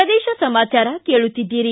ಪ್ರದೇಶ ಸಮಾಚಾರ ಕೇಳುತ್ತೀದ್ದಿರಿ